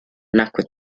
nacque